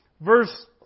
Verse